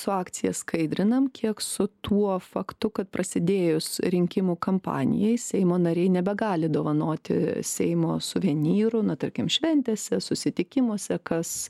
su akcija skaidrinam kiek su tuo faktu kad prasidėjus rinkimų kampanijai seimo nariai nebegali dovanoti seimo suvenyrų na tarkim šventėse susitikimuose kas